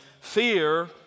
fear